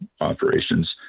operations